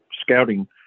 scouting